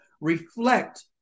reflect